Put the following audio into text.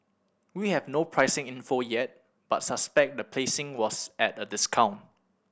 we have no pricing info yet but suspect the placing was at a discount